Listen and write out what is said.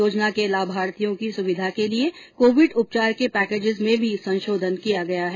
योजना के लाभार्थियों की सुविधा के लिए कोविड उपचार के पैकेजेज में भी संशोधन किया गया है